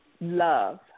Love